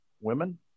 women